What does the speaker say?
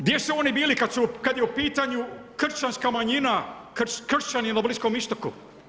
Gdje su oni bili kad je u pitanju kršćanska manjina, kršćani na Bliskom istoku?